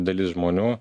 dalis žmonių